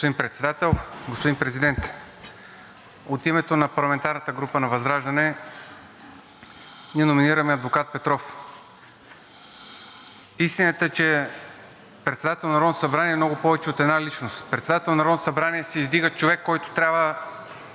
Господин Председател, господин Президент! От името на парламентарната група на ВЪЗРАЖДАНЕ ние номинираме адвокат Петров. Истината е, че председател на Народното събрание е много повече от една личност. За председател на Народното събрание се издига човек, който трябва,